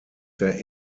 der